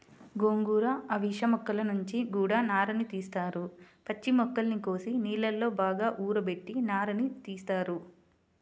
గోంగూర, అవిశ మొక్కల నుంచి గూడా నారని తీత్తారు, పచ్చి మొక్కల్ని కోసి నీళ్ళలో బాగా ఊరబెట్టి నారని తీత్తారు